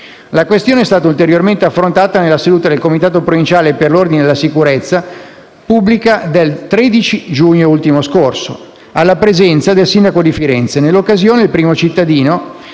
La questione è stata ulteriormente affrontata nella seduta del comitato provinciale per l'ordine e la sicurezza pubblica del 13 giugno ultimo scorso, alla presenza del sindaco di Firenze. Nell'occasione, il primo cittadino